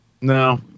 No